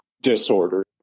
disorder